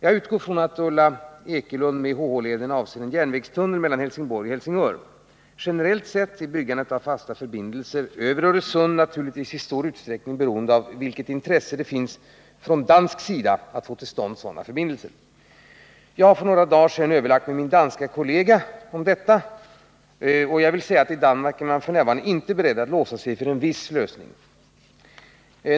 Jag utgår från att Ulla Ekelund med HH-leden avser en järnvägstunnel mellan Helsingborg och Helsingör. Generellt sett är byggandet av fasta förbindelser över Öresund naturligtvis i stor utsträckning beroende av vilket intresse det finns från dansk sida att få till stånd sådana förbindelser. Jag har för några dagar sedan överlagt med min danske kollega om Öresundsförbindelserna. I Danmark är man f.n. inte beredd låsa sig för en viss lösning.